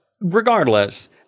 regardless